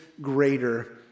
greater